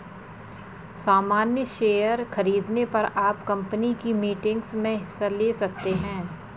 सामन्य शेयर खरीदने पर आप कम्पनी की मीटिंग्स में हिस्सा ले सकते हैं